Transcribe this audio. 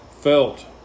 felt